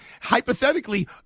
hypothetically